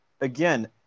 again